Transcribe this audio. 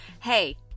Hey